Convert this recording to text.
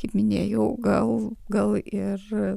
kaip minėjau gal gal ir